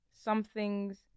something's